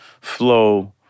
flow